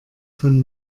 von